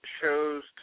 shows